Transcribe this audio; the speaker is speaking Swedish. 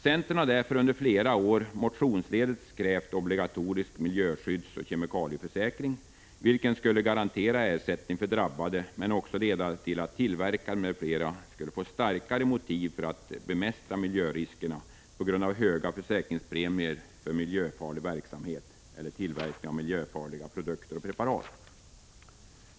Centern har därför under flera år motionsledes krävt obligatorisk miljöskyddsoch kemikalieförsäkring, vilken skulle garantera ersättning för drabbade men också leda till att tillverkare m.fl. skulle få starkare motiv för att bemästra miljöriskerna på grund av höga försäkringspremier för miljöfarliga verksamheter eller tillverkning av miljöfarliga produkter och preparat.